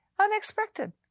Unexpected